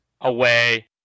away